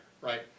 right